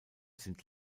sind